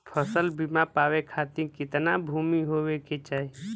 फ़सल बीमा पावे खाती कितना भूमि होवे के चाही?